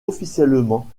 officiellement